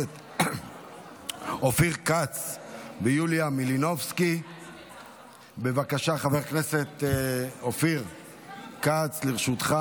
אושרה בקריאה טרומית ותעבור לוועדת הכספים לצורך הכנתה לקריאה הראשונה.